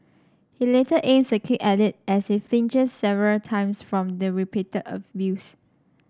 he later aims a kick at it as it flinches several times from the repeated abuse